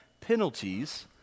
penalties